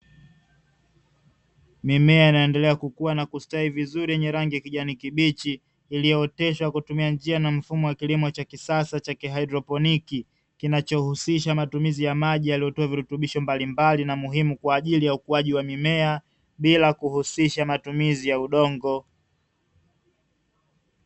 Mimea inaendelea kukua na kustawi vizuri yenye rangi kijani kibichi iliyooteshwa kutumia njia na mfumo wa kilimo cha kisasa cha kihaidroponi kinachohusisha matumizi ya maji yaliyotua virutubisho mbalimbali na muhimu kwa ajili ya ukuaji wa mimea bila kuhusisha matumizi ya udongo.